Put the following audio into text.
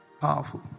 powerful